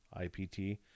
IPT